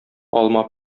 алма